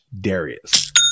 Darius